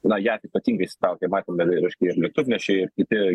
na jav ypatingai įsitraukė matėm ir reiškia ir lėktuvnešiai ir kiti